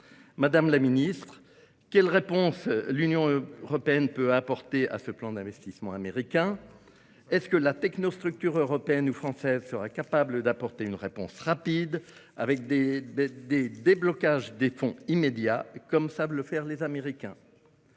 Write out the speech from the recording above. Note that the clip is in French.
Madame la secrétaire d'État, quelles réponses l'Union européenne peut-elle apporter à ce plan d'investissement américain ? La technostructure européenne ou française sera-t-elle capable d'apporter une réponse rapide avec des déblocages immédiats des fonds, comme savent le faire les Américains ?